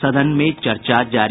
सदन में चर्चा जारी